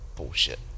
Bullshit